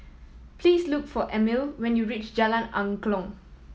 please look for Amelie when you reach Jalan Angklong